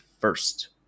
first